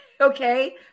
Okay